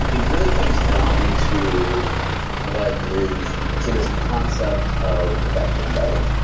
it really comes down to what is to this concept of a vector embedding.